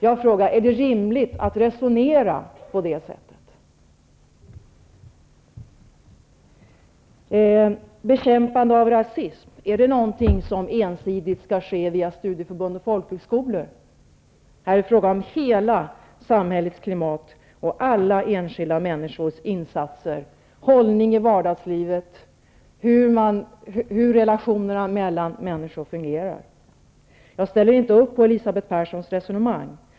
Jag frågar: Är det rimligt att resonera på det sättet? Bekämpande av rasism, är det någonting som ensidigt skall ske via studieförbund och folkhögskolor? Här är det fråga om hela samhällets klimat och alla människors insatser, hållningen i vardagslivet och hur relationerna mellan människor fungerar. Jag ställer inte på upp Elisabeth Perssons resonemang.